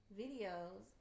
videos